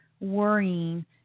worrying